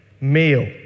meal